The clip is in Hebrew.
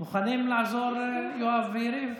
מוכנים לעזור, יואב ויריב?